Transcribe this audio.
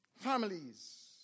Families